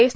S